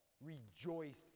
rejoiced